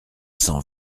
cent